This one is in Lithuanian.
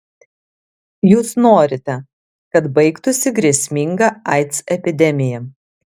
jūs norite kad baigtųsi grėsminga aids epidemija